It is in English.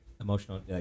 emotional